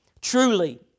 Truly